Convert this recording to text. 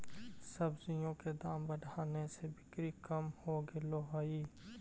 सब्जियों के दाम बढ़ने से बिक्री कम हो गईले हई